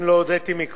אם לא הודיתי קודם,